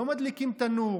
לא מדליקים תנור.